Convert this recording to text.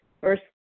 first